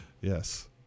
Yes